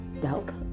doubt